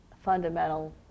fundamental